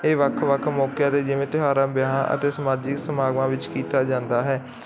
ਇਹ ਵੱਖ ਵੱਖ ਮੌਕਿਆਂ 'ਤੇ ਜਿਵੇਂ ਤਿਉਹਾਰਾਂ ਵਿਆਹਾਂ ਅਤੇ ਸਮਾਜੀ ਸਮਾਗਮਾਂ ਵਿੱਚ ਕੀਤਾ ਜਾਂਦਾ ਹੈ